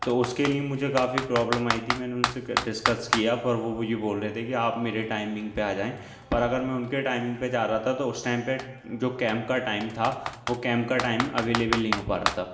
تو اس کے لیے مجھے کافی پرابلم آئی تھی میں نے ان سے ڈسکس کیا پر وہ وہ یہ بول رہے تھے کہ آپ میرے ٹائمنگ پہ آ جائیں پر اگر میں ان کے ٹائمنگ پہ جا رہا تھا تو اس ٹائم پہ جو کیمپ کا ٹائم تھا وہ کیمپ کا ٹائم اویلیبل نہیں ہو پا رہا تھا